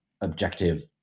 objective